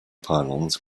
pylons